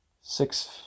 Six